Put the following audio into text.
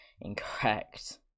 incorrect